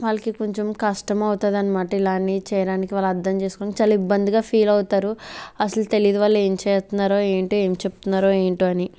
వాళ్ళకి కొంచెం కష్టం అవుతాదన్మాట ఇలా అని చేయడానికి వాళ్ళర్ధం చేస్కొని చాలా ఇబ్బందిగా ఫీల్ అవుతారు అసలు తెలీదు వాళ్ళు ఏం చేస్తున్నారో ఏంటో ఏం చెప్తున్నారో ఏంటో అని